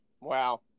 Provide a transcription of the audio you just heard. Wow